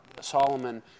Solomon